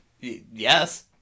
Yes